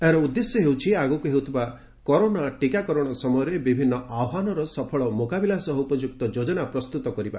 ଏହାର ଉଦ୍ଦେଶ୍ୟ ହେଉଛି ଆଗକୁ ହେଉଥିବା କରୋନା ଟୀକାକରଣ ସମୟରେ ବିଭିନ୍ନ ଆହ୍ୱାନର ସଫଳ ମ୍ରକାବିଲା ସହ ଉପଯୁକ୍ତ ଯୋଜନା ପ୍ରସ୍ତୁତ କରିବା